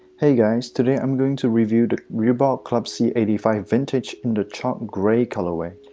hey guys. today, i'm going to review the reebok club c eighty five vintage in the chalk gray colorway.